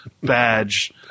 badge